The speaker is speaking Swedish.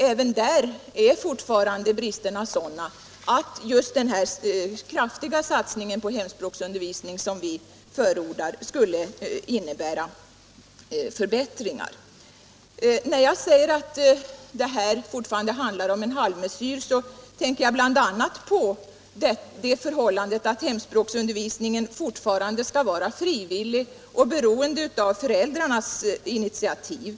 Även där är fortfarande bristerna sådana att just denna kraftiga satsning på hemspråksundervisning som vi förordar skulle innebära förbättringar. När jag säger att det här fortfarande handlar om en halvmesyr, tänker jag bl.a. på det förhållandet att hemspråksundervisningen fortfarande skall vara frivillig och beroende av föräldrarnas initiativ.